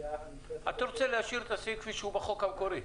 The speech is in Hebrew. הפגיעה --- אתה רוצה להשאיר את הסעיף כפי שהוא בחוק המקורי?